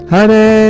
Hare